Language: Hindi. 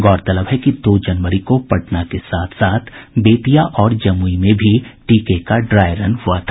गौरतलब है कि दो जनवरी को पटना के साथ साथ बेतिया और जमुई में भी टीके का ड्राई रन हुआ था